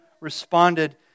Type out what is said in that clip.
responded